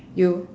you